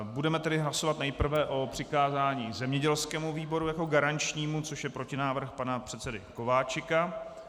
Budeme tedy hlasovat nejprve o přikázání zemědělskému výboru jako garančnímu, což je protinávrh pana předsedy Kováčika.